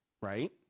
Right